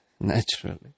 naturally